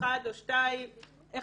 אחת עד שתי כיתות.